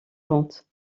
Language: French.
vente